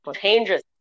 changes